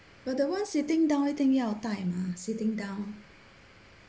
but the one sitting down 一定要戴嘛 sitting down